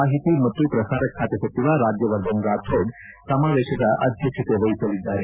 ಮಾಹಿತಿ ಮತ್ತು ಪ್ರಸಾರ ಖಾತೆ ಸಚಿವ ರಾಜ್ವವರ್ಧನ್ ರಾಥೋಡ್ ಸಮಾವೇಶದ ಅಧ್ಯಕ್ಷತೆ ವಹಿಸಲಿದ್ದಾರೆ